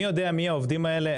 מי יודע מי העובדים האלה,